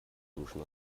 duschen